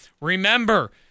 Remember